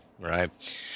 right